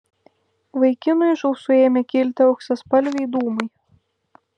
vaikinui iš ausų ėmė kilti auksaspalviai dūmai